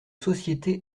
sociétés